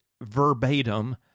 verbatim